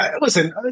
Listen